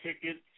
tickets